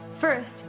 First